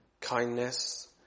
kindness